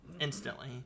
instantly